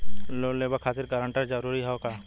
Loan लेवब खातिर guarantor जरूरी हाउ का?